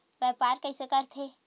व्यापार कइसे करथे?